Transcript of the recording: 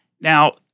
Now